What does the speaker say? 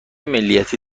ملیتی